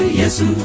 yesu